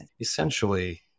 essentially